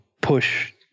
push